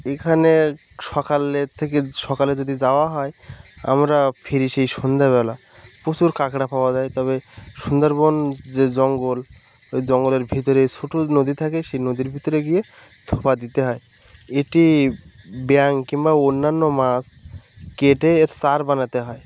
এইখানে সকালের থেকে সকালে যদি যাওয়া হয় আমরা ফিরি সেই সন্ধেবেলা প্রচুর কাঁকড়া পাওয়া যায় তবে সুন্দরবন যে জঙ্গল ওই জঙ্গলের ভিতরে ছোট নদী থাকে সেই নদীর ভিতরে গিয়ে থোপা দিতে হয় এটি ব্যাঙ কিংবা অন্যান্য মাছ কেটে এর চার বানাতে হয়